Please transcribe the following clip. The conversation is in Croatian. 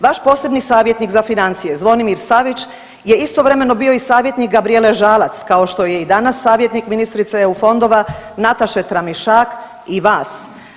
Vaš posebni savjetnik za financije Zvonimir Savić je istovremeno bio i savjetnik Gabrijele Žalac, kao to je i danas savjetnik ministrice EU fondova Nataše Tramišak i vas.